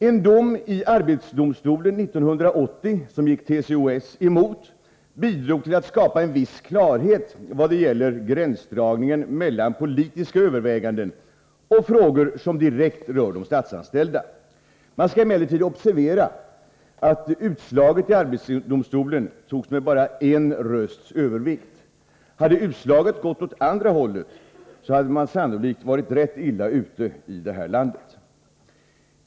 En dom i arbetsdomstolen 1980, som gick TCO-S emot, bidrog till att skapa en viss klarhet i vad gäller gränsdragningen mellan politiska överväganden och frågor som direkt rör de statsanställda. Det skall emellertid observeras att utslaget i arbetsdomstolen bestämdes med bara en rösts övervikt. Hade utslaget gått åt andra hållet, hade man sannolikt varit rätt illa ute i det här landet.